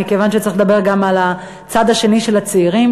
מכיוון שצריך לדבר גם על הצד השני של הצעירים.